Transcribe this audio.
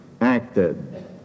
acted